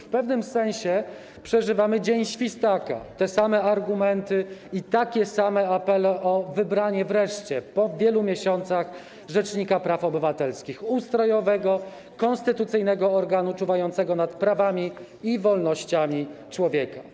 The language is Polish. W pewnym senesie przeżywamy dzień świstaka - te same argumenty i takie same apele o wybranie wreszcie po wielu miesiącach rzecznika praw obywatelskich, ustrojowego, konstytucyjnego organu czuwającego nad prawami i wolnościami człowieka.